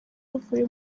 bavuye